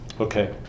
Okay